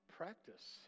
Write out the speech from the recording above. practice